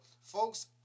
Folks